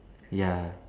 ya